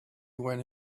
when